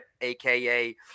aka